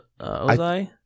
Ozai